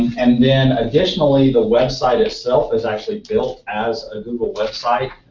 and then additionally, the website itself is actually built as a google website.